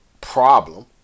problem